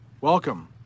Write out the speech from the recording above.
welcome